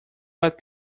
what